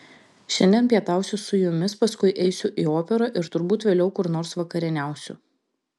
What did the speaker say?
šiandien pietausiu su jumis paskui eisiu į operą ir turbūt vėliau kur nors vakarieniausiu